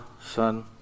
Son